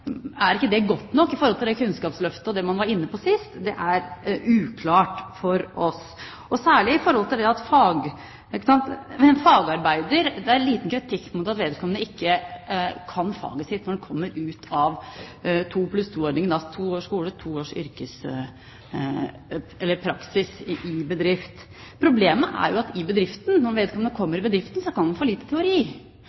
yrkesfag ikke god nok i forhold til Kunnskapsløftet og det man var inne på sist? Det er uklart for oss. Det er liten kritikk mot at en fagarbeider ikke kan faget sitt når han kommer ut av 2 + 2-ordningen, altså to års skole og to års praksis i bedrift. Problemet for bedriften er jo at vedkommende kan for lite teori. Det er der vi i